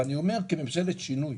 ואני אומר כממשלת שינוי,